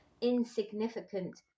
insignificant